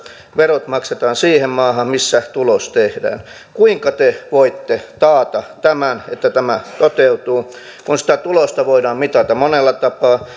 verot maksetaan siihen maahan missä tulos tehdään kuinka te voitte taata tämän että tämä toteutuu kun sitä tulosta voidaan mitata monella tapaa